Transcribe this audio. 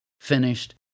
finished